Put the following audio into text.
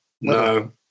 No